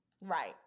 Right